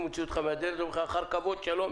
מוציא אותך מהדלת ואומר לך כלאחר כבוד: שלום,